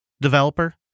developer